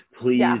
Please